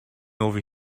over